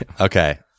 okay